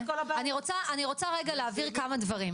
אני רוצה להבהיר כמה דברים.